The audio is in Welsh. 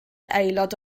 aelod